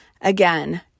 Again